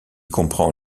comprend